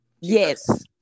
Yes